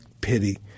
pity